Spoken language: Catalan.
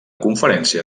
conferència